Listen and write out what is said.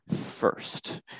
first